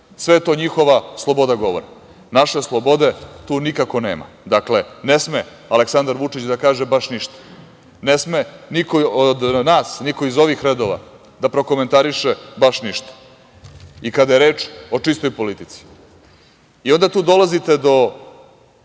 je to njihova sloboda govora, naše slobode tu nikako nema. Dakle, ne sme Aleksandar Vučića da kaže, baš ništa. Ne sme niko od nas, niko iz ovih redova da prokomentariše baš ništa, i kada je reč o čistoj politici. Onda tu dolazite do